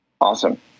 Awesome